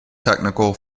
technical